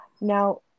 Now